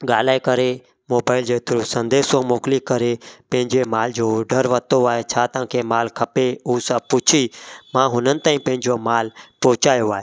ॻाल्हाए करे मोबाइल जे थ्रू संदेशो मोकिले करे पंहिंजे माल जो ऑर्डर वरितो आहे छा तव्हांखे मालु खपे ऊ सां पुछी मां हुननि ताईं पंहिंजो मालु पहुचायो आहे